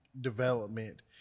development